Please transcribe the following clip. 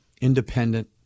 independent